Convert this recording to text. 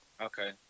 okay